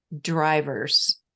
drivers